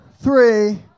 three